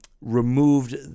removed